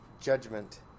judgment